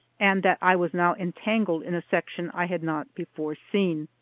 and that i was now entangled in a section i had not before seen.